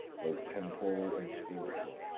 both temporal and spiritual,